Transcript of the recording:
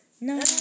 No